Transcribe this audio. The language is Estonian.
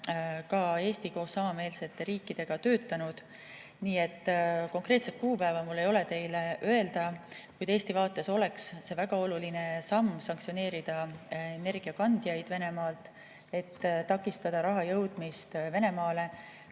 ka Eesti koos samameelsete riikidega töötanud. Konkreetset kuupäeva mul ei ole teile öelda, kuid Eesti vaates oleks see väga oluline samm sanktsioneerida energiakandjaid Venemaalt, et takistada raha jõudmist Venemaale.